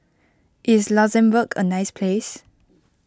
is Luxembourg a nice place